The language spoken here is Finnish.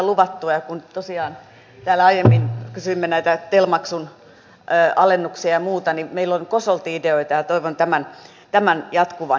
ja kun tosiaan täällä aiemmin kysyimme näistä tel maksun alennuksista ja muusta niin meillä on kosolti ideoita ja toivon tämän jatkuvan